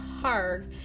hard